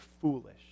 foolish